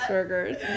Burgers